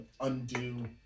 undo